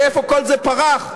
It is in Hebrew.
לאיפה כל זה פרח?